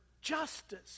justice